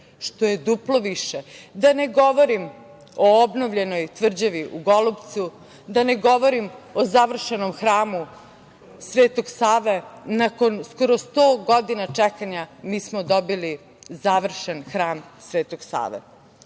što je duplo više. Da ne govorim o obnovljenoj tvrđavi u Golupcu, da ne govorim o završenom Hramu Svetog Save. Nakon skoro 100 godina čekanja mi smo dobili završen Hram Svetog